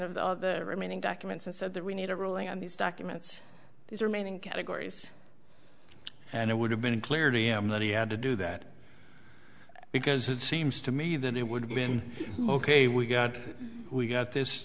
of the remaining documents and said that we need a ruling on these documents these remaining categories and it would have been clear to him that he had to do that because it seems to me that it would have been ok we got we got this